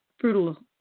brutal